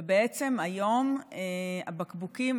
ובעצם היום הבקבוקים,